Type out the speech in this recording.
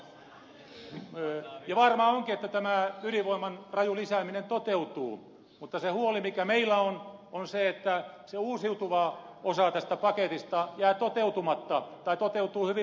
varmaa onkin että tämä ydinvoiman raju lisääminen toteutuu mutta se huoli mikä meillä on on se että se uusiutuva osa tästä paketista jää toteutumatta tai toteutuu hyvin vajanaisesti